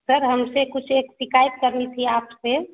sir हमसे कुछ एक शिकायत करनी थी आपसे